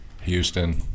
Houston